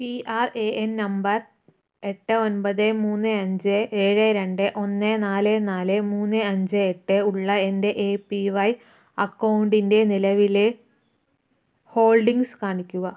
P R A N number എട്ട് ഒൻപത് മൂന്ന് അഞ്ച് ഏഴ് രണ്ട് ഒന്ന് നാല് നാല് മൂന്ന് അഞ്ച് എട്ട് ഉള്ള എൻ്റെ എ പി വൈ അക്കൗണ്ടിൻ്റെ നിലവിലെ ഹോൾഡിംഗ്സ് കാണിക്കുക